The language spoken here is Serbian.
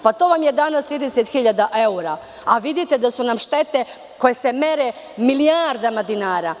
Pa, to vam je danas 30.000 evra, a vidite da su nam štete koje se mere milijardama dinara.